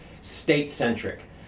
state-centric